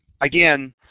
again